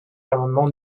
l’amendement